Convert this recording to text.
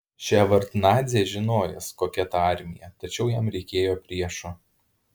ševardnadzė žinojęs kokia ta armija tačiau jam reikėjo priešo